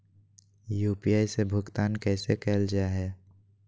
UPI से भुगतान कैसे कैल जहै?